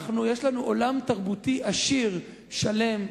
יש לנו עולם תרבותי עשיר, שלם,